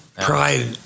pride